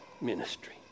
ministry